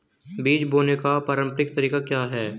बीज बोने का पारंपरिक तरीका क्या है?